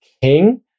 king